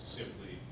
simply